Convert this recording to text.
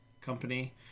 Company